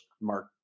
mark